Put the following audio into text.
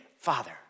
father